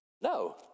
No